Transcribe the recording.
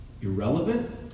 Irrelevant